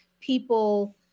people